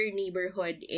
neighborhood